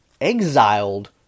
Exiled